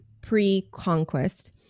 pre-conquest